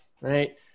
Right